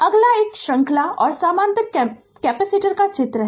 Refer slide time 0615 अगला एक श्रृंखला और समानांतर कैपेसिटर है